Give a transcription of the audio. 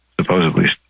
supposedly